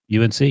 UNC